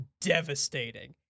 devastating